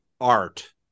art